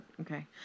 okay